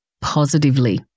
positively